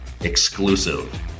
exclusive